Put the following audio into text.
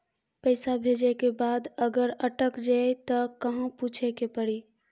पैसा भेजै के बाद अगर अटक जाए ता कहां पूछे के पड़ी?